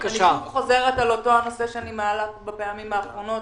אני שוב חוזרת על אותו נושא שאני מעלה בפעמים האחרונות,